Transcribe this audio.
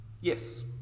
Yes